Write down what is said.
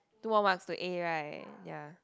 two more marks to A right ya